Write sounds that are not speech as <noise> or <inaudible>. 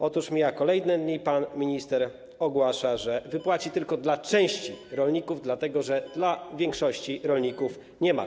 Otóż mijają kolejne dni i pan minister ogłasza, że wypłaci <noise> tylko części rolników, dlatego że dla większości rolników nie ma.